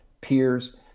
peers